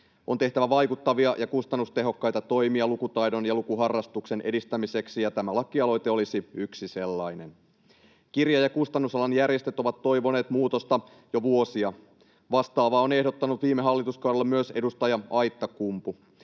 On tehtävä vaikuttavia ja kustannustehokkaita toimia lukutaidon ja lukuharrastuksen edistämiseksi, ja tämä lakialoite olisi yksi sellainen. Kirja- ja kustannusalan järjestöt ovat toivoneet muutosta jo vuosia. Vastaavaa on ehdottanut viime hallituskaudella myös edustaja Aittakumpu.